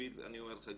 אני אומר לך,